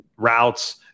routes